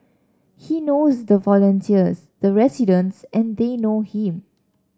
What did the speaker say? he knows the volunteers the residents and they know him